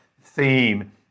theme